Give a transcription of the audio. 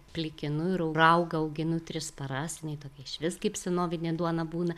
plikinu ir raugą auginu tris paras jinai tokia išvis kaip senovinė duona būna